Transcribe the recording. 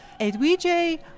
Edwige